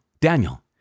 Daniel